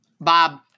Bob